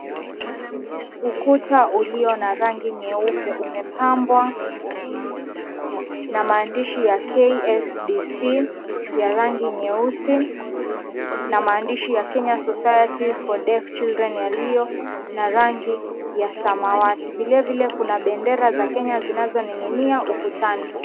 Ukuta ulio na rangi nyeupe umepambwa na maandishi ya "KSDC" ya rangi nyeusi na maandishi ya "Kenya Society for Deaf Children" yaliyo na rangi ya samawati. Vilevile kuna bendera za Kenya zinazoning'inia ukutani.